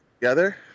together